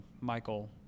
Michael